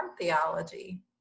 theology